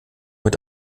mit